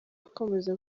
akomeza